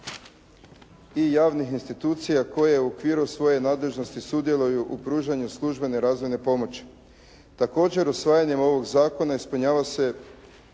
i javnih institucija koji u okviru svoje nadležnosti sudjeluju u pružanju službene razvojne pomoći. Također, usvajanjem ovog zakona ispunjava se